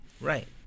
Right